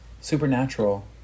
supernatural